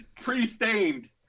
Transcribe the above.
pre-stained